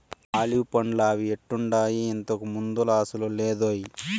olive పండ్లా అవి ఎట్టుండాయి, ఇంతకు ముందులా అసలు లేదోయ్